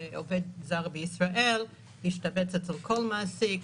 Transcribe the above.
עובד זר בישראל להשתבץ אצל כל מעסיק,